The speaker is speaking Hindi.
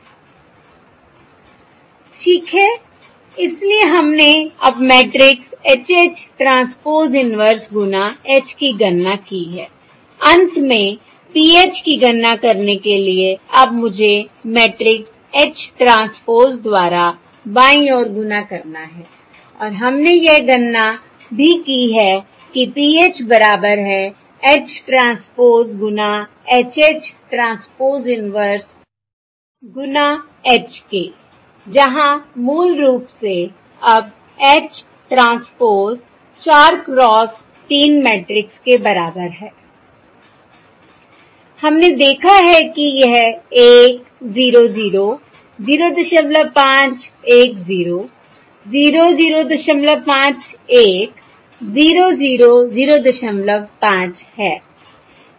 ठीक है इसलिए हमने अब matrix H H transpose inverse गुना H की गणना की है अंत में PH की गणना करने के लिए अब मुझे मैट्रिक्स H ट्रांसपोज़ द्वारा बाईं ओर गुणा करना है और हमने यह गणना भी की है कि PH बराबर है H ट्रांसपोज़ गुणा H H ट्रांसपोज़ इन्वर्स गुणा H है जहां मूल रूप से अब H ट्रांसपोज़ 4 क्रॉस 3 मैट्रिक्स के बराबर है हमने देखा है कि यह 1 0 0 05 1 0 0 05 1 0 0 05 है